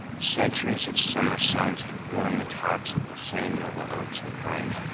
centuries of summer suns had warmed the tops of the same noble oaks and pines,